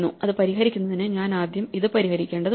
ഇത് പരിഹരിക്കുന്നതിന് ഞാൻ ആദ്യം ഇത് പരിഹരിക്കേണ്ടതുണ്ട്